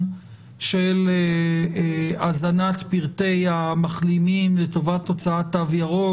של הזנת פרטי המחלימים לטובת הוצאת תו ירוק.